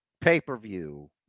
pay-per-view